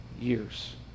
years